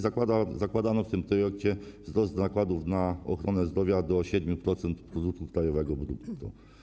Zakładano w tym projekcie wzrost nakładów na ochronę zdrowia do 7% produktu krajowego brutto.